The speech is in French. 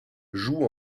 joue